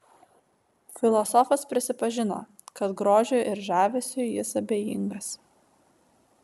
filosofas prisipažino kad grožiui ir žavesiui jis abejingas